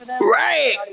Right